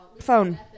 phone